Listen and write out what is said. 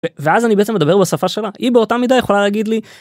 ואז אני בדבר בשפה שלה היא באותה מידה יכולה להגיד לי.